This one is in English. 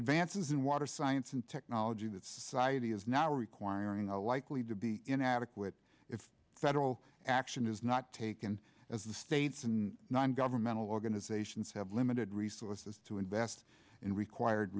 advances in water science and technology that's why it is now requiring are likely to be inadequate if federal action is not taken as the states and non governmental organizations have limited resources to invest in required